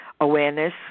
awareness